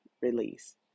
release